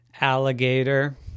alligator